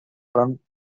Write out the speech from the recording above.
front